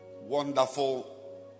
wonderful